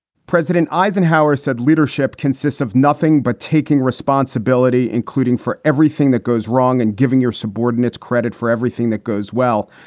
president eisenhower said leadership consists of nothing but taking responsibility, including for everything that goes wrong and giving your subordinates credit for everything that goes well.